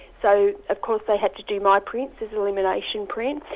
so of course they had to do my prints as elimination prints.